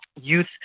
youth